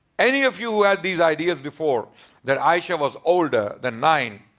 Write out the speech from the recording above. any of you who had these ideas before that aisha was older than nine,